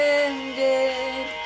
ended